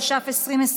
התש"ף 2020,